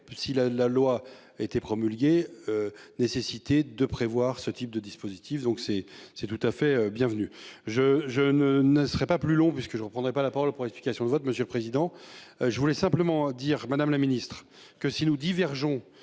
la la loi était promulguée. Nécessité de prévoir ce type de dispositif donc c'est c'est tout à fait bienvenue. Je je ne ne serait pas plus long puisque je reprendrai pas la parole pour explication de vote. Monsieur le Président, je voulais simplement dire, Madame la Ministre que si nous divergeons